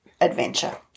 adventure